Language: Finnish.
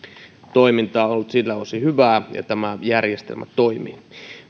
toiminta on ollut siltä osin hyvää ja tämä järjestelmä toimii